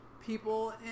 people